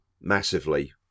massively